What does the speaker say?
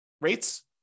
rates